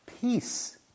Peace